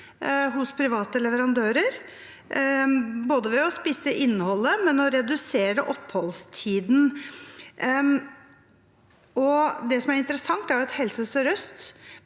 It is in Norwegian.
hos private leverandører, både ved å spisse innholdet og ved å redusere oppholdstiden. Det som er interessant, er at 60 pst.